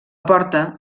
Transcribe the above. porta